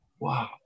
wow